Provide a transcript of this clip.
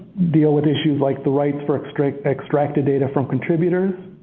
deal with issues like the rights for extracted extracted data from contributor,